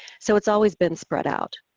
so it's always been spread out.